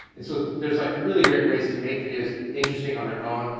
and so there's like really great ways to make videos interesting on their own,